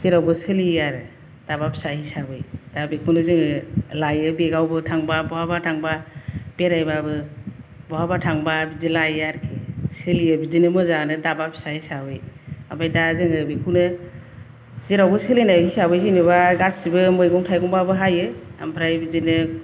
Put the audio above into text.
जेरावबो सोलियो आरो दाबा फिसा हिसाबै दा बिखौनो जोङो लायो बेगआव बहाबा थांबा बेरायबाबो बहाबा थांबा बिदि लायो आरोखि सोलियो बिदिनो मोजां आनो दाबा फिसा हिसाबै ओमफ्राय दा जोङो बिखौनो जेरावबो सोलिनाय हिसाबै जेनबा गासिबो मैगं थाइगं बो हायो ओमफ्राय बिदिनो